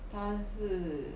它是